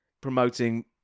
promoting